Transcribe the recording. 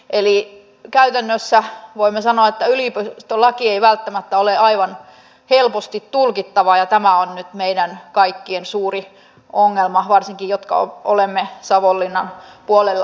eli käytännössä voimme sanoa että yliopistolaki ei välttämättä ole aivan helposti tulkittava ja tämä on nyt meidän kaikkien suuri ongelma varsinkin meidän jotka olemme savonlinnan puolella